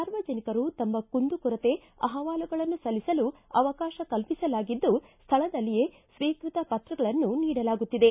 ಸಾರ್ವಜನಿಕರು ತಮ್ಮ ಕುಂದು ಕೊರತೆ ಅಹವಾಲುಗಳನ್ನು ಸಲ್ಲಿಸಲು ಅವಕಾಶ ಕಲ್ಪಿಸಲಾಗಿದ್ದು ಸ್ಥಳದಲ್ಲಿಯೇ ಸ್ವೀಕೃತಿ ಪತ್ರಗಳನ್ನು ನೀಡಲಾಗುತ್ತಿದೆ